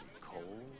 cold